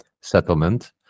settlement